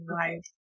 life